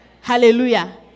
Hallelujah